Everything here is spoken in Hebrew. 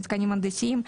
מתקנים הנדסיים,